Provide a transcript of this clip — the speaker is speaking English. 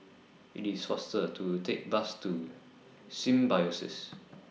IT IS faster to Take The Bus to Symbiosis